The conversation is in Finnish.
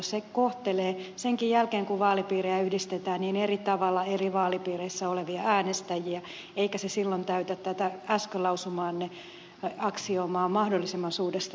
se kohtelee senkin jälkeen kun vaalipiirejä yhdistetään eri tavalla eri vaalipiireissä olevia äänestäjiä eikä se silloin täytä tätä äsken lausumaanne aksioomaa mahdollisimman suuresta tasa arvosta